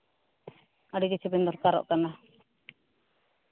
ᱟᱹᱰᱤ ᱠᱤᱪᱷᱩ ᱵᱮᱱ ᱫᱚᱨᱠᱟᱨᱚᱜ ᱠᱟᱱᱟ